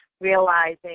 realizing